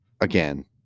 again